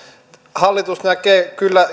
hallitus näkee kyllä